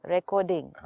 Recording